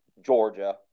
Georgia